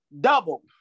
double